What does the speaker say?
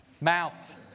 Mouth